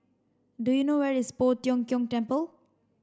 do you know where is Poh Tiong Kiong Temple